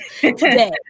today